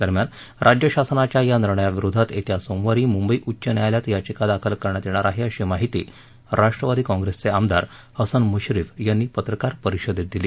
दरम्यान राज्य शासनाच्या या निर्णयाविरोधात येत्या सोमवारी मुंबई उच्च न्यायालयात याचिका दाखल करण्यात येणार आहे अशी माहिती राष्ट्रवादी कॉंप्रेसचे आमदार हसन मुश्रीफ यांनी पत्रकार परिषदेत दिली